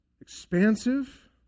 expansive